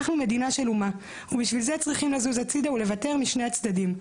אנחנו מדינה של אומה ובשביל זה צריכים לזוז הצידה ולוותר משני הצדדים.